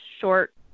short